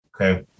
Okay